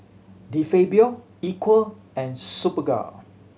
De Fabio Equal and Superga